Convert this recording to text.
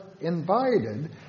invited